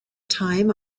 time